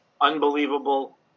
unbelievable